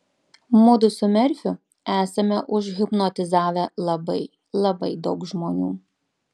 mudu su merfiu esame užhipnotizavę labai labai daug žmonių